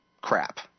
crap